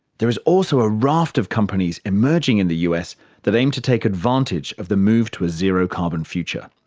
there is also a raft of companies emerging in the us that aim to take advantage of the move to a zero carbon future.